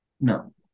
No